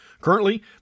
Currently